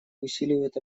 усиливают